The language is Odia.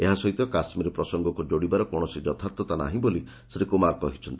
ଏହା ସହିତ କାଶ୍ମୀର ପ୍ରସଙ୍ଗକୁ ଯୋଡ଼ିବାର କୌଣସି ଯଥାର୍ଥତା ନାହିଁ ବୋଲି ଶ୍ରୀ କୁମାର କହିଛନ୍ତି